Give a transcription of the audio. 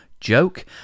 Joke